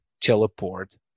Teleport